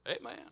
Amen